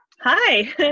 Hi